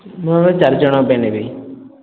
ମୁଁ ଆଜ୍ଞା ଚାରି ଜଣଙ୍କ ପାଇଁ ନେବି